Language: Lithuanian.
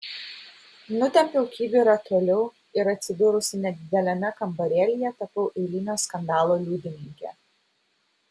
nutempiau kibirą toliau ir atsidūrusi nedideliame kambarėlyje tapau eilinio skandalo liudininke